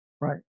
Right